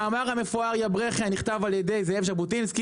יש מאמר מפואר בנושא שנכתב על ידי זאב ז'בוטינסקי,